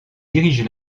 dirige